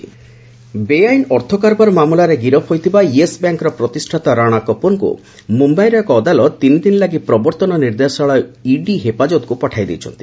ED Rana Kapoor ବେଆଇନ ଅର୍ଥ କାରବାର ମାମଲାରେ ଗିରଫ ହୋଇଥବା ୟେସ୍ ବ୍ୟାଙ୍କର ପ୍ରତିଷ୍ଠାତା ରାଣା କପୁରଙ୍କୁ ମୁମ୍ଭାଇର ଏକ ଅଦାଲତ ତିନିଦିନ ଲାଗି ପ୍ରବର୍ତ୍ତନ ନିର୍ଦ୍ଦେଶାଳୟ ଇଡି ହେପାଜତକ୍ ପଠାଇ ଦେଇଛନ୍ତି